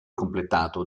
completato